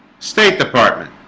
state department